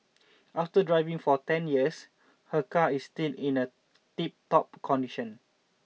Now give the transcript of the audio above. after driving for ten years her car is still in a tiptop condition